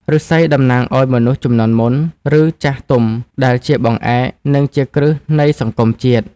ឫស្សីតំណាងឱ្យមនុស្សជំនាន់មុន ឬចាស់ទុំដែលជាបង្អែក និងជាគ្រឹះនៃសង្គមជាតិ។